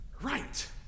right